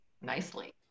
nicely